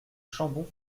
chambon